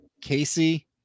Casey